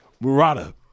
Murata